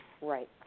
Right